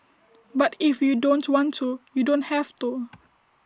but if you don't want to you don't have to